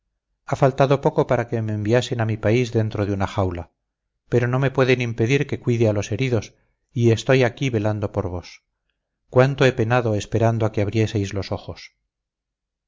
ha faltado poco para que me enviasen a mi país dentro de una jaula pero no me pueden impedir que cuide a los heridos y estoy aquí velando por vos cuánto he penado esperando a que abrieseis los ojos